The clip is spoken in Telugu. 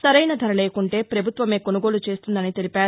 సరైన ధర లేకుంటే పభుత్వమే కొనుగోలు చేస్తుందనీ తెలిపారు